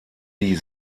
die